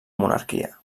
monarquia